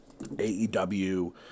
AEW